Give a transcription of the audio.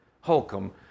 Holcomb